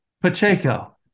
Pacheco